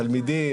תלמידים,